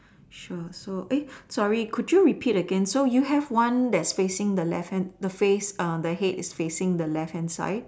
sure so eh sorry could you repeat again so you have one at the same left hand the face is facing the left hand side